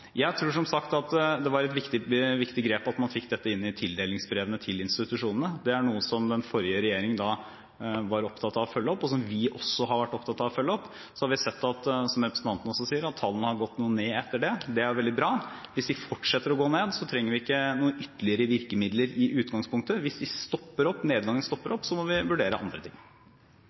Jeg tror som sagt at det var et viktig grep at man fikk dette inn i tildelingsbrevene til institusjonene. Det er noe som den forrige regjeringen var opptatt av å følge opp, og som vi også har vært opptatt av å følge opp. Så har vi sett, som representanten også sier, at tallene har gått noe ned etter det – det er veldig bra. Hvis de fortsetter å gå ned, trenger vi ikke noen ytterligere virkemidler i utgangspunktet. Hvis nedgangen stopper opp, må vi vurdere andre ting.